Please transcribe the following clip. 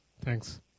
Thanks